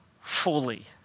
fully